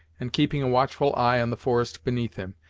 and keeping a watchful eye on the forest beneath him,